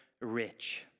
rich